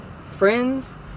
friends